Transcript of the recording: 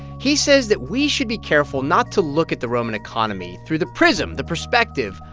he says that we should be careful not to look at the roman economy through the prism, the perspective,